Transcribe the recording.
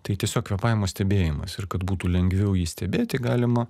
tai tiesiog kvėpavimo stebėjimas ir kad būtų lengviau jį stebėti galima